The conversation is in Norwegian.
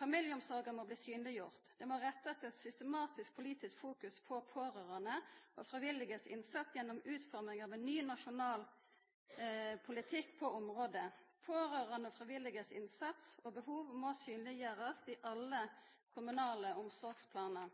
Familieomsorga må bli synleggjord. Det må rettast eit systematisk politisk fokus på dei pårørande og dei frivillige sin innsats gjennom utforming av ein ny, nasjonal politikk på området. Pårørande og frivillige sin innsats og deira behov må synleggjerast i alle kommunale omsorgsplanar.